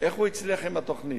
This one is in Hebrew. איך הוא הצליח עם התוכנית?